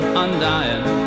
undying